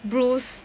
bruise